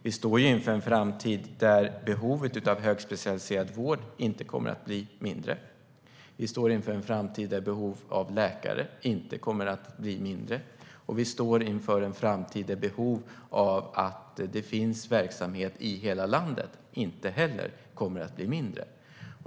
Vi står ju inför en framtid där behovet av högspecialiserad vård inte kommer att bli mindre, där behovet av läkare inte kommer att bli mindre och där behovet av att det finns verksamhet i hela landet inte heller kommer att bli mindre.